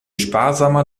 sparsamer